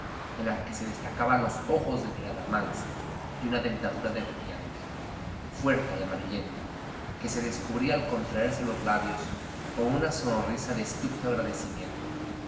en la que se destacaban los ojos de mirada mansa y una dentadura de rumiante fuerte y amarillenta que se descubría al contraerse los labios con sonrisa de estúpido agradecimiento